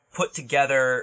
put-together